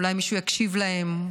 אולי מישהו יקשיב להם,